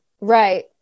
Right